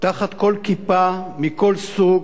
תחת כל כיפה, מכל סוג,